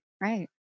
Right